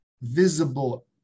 visible